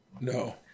No